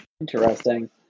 Interesting